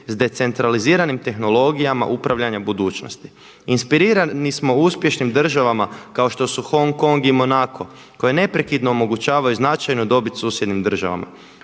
s decentraliziranim tehnologijama upravljanja budućnosti. Inspirirani smo uspješnim državama kao što su Hong Kong i Monaco koje neprekidno omogućavaju značajnu dobit susjednim državama.